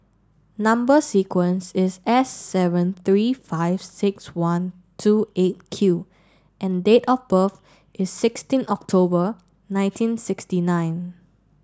number sequence is S seven three five six one two eight Q and date of birth is sixteen October nineteen sixty nine